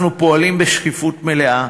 אנחנו פועלים בשקיפות מלאה,